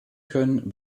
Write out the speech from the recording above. können